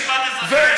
זה בית-משפט צבאי.